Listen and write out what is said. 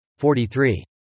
43